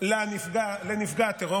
לנפגע הטרור.